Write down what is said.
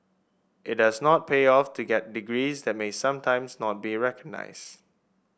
it does not pay off to get degrees that may sometimes not be recognised